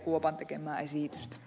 kuopan tekemää esitystä